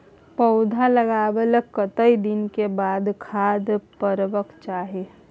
पौधा लागलाक कतेक दिन के बाद खाद परबाक चाही?